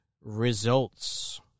Results